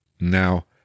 Now